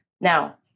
Now